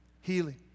Healing